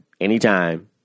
anytime